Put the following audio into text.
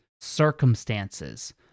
circumstances